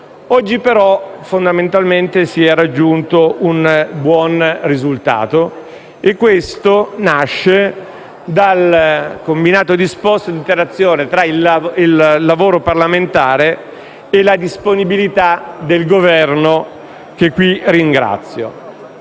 Oggi però, fondamentalmente, si è raggiunto un buon risultato grazie al combinato disposto e all'interazione tra il lavoro parlamentare e la disponibilità del Governo, che qui ringrazio.